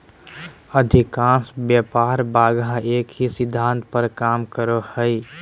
अधिकांश व्यापार बाधा एक ही सिद्धांत पर काम करो हइ